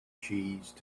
cheese